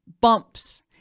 bumps